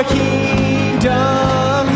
kingdom